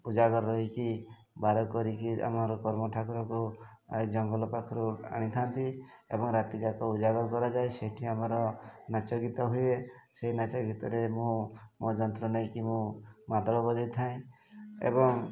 ଉଜାଗର ହୋଇକି ବାର କରିକି ଆମର କର୍ମ ଠାକୁରକୁ ଜଙ୍ଗଲ ପାଖରୁ ଆଣିଥାନ୍ତି ଏବଂ ରାତିଯାକ ଉଜାଗର କରାଯାଏ ସେଇଠି ଆମର ନାଚ ଗୀତ ହୁଏ ସେଇ ନାଚ ଗୀତରେ ମୁଁ ମୋ ଯନ୍ତ୍ର ନେଇକରି ମୁଁ ମାଦଳ ବଜାଇଥାଏ ଏବଂ